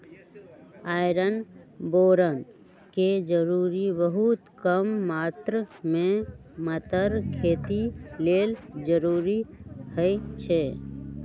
iron boron के जरूरी बहुत कम मात्र में मतर खेती लेल जरूरी होइ छइ